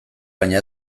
baina